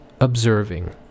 observing